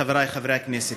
חבריי חברי הכנסת,